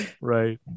Right